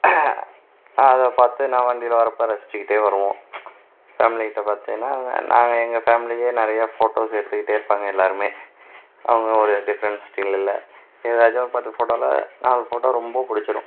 அதை பார்த்து நான் வண்டியில் வர்றப்போ ரசித்துக்கிட்டே வருவோம் ஃபேம்லி கிட்டே பார்த்திங்கன்னா நாங்கள் எங்கள் ஃபேம்லிலேயே நிறையா ஃபோட்டோஸ் எடுத்துக்கிட்டே இருப்பாங்க எல்லோருமே அவங்க ஒரு டிஃப்ரெண்ட்ஸ் ஸ்டில்லில் ஏதாச்சும் ஒரு பத்து ஃபோட்டோவில் நாலு ஃபோட்டோ ரொம்ப புடிச்சிடும்